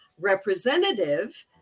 representative